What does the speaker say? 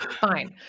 fine